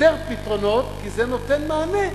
יותר פתרונות, כי זה נותן פתרונות